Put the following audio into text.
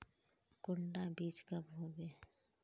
कुंडा बीज कब होबे?